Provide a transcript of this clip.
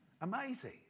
Amazing